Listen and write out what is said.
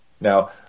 Now